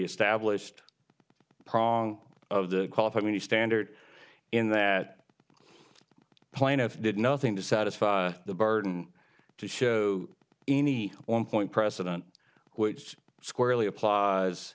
established prong of the qualified me standard in that plaintiff did nothing to satisfy the burden to show any one point precedent which squarely applies